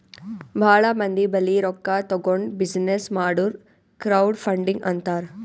ಭಾಳ ಮಂದಿ ಬಲ್ಲಿ ರೊಕ್ಕಾ ತಗೊಂಡ್ ಬಿಸಿನ್ನೆಸ್ ಮಾಡುರ್ ಕ್ರೌಡ್ ಫಂಡಿಂಗ್ ಅಂತಾರ್